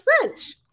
French